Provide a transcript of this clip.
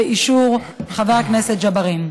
באישור חבר הכנסת ג'בארין.